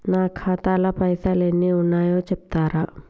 నా ఖాతా లా పైసల్ ఎన్ని ఉన్నాయో చెప్తరా?